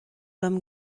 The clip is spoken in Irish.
liom